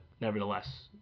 nevertheless